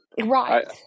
Right